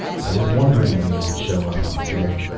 i was wondering when you would show up, he said.